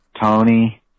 Tony